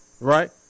right